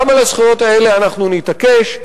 גם על הזכויות האלה אנחנו נתעקש,